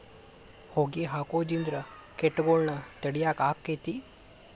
ಹೊಗಿ ಹಾಕುದ್ರಿಂದ ಕೇಟಗೊಳ್ನ ತಡಿಯಾಕ ಆಕ್ಕೆತಿ?